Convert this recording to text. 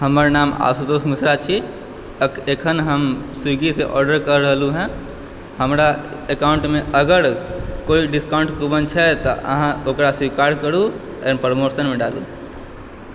हमर नाम आशुतोष मिश्रा छी एखन हम स्विग्गी सँ आर्डर कऽ रहलहुॅं हैं हमरा एकाउंट मे अगर कोइ डिस्काउंट कूपन छै तऽ अहाँ ओकरा स्वीकार करू एहिमे प्रमोशन मे डालू